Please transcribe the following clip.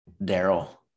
Daryl